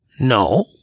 No